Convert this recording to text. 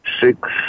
six